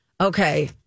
Okay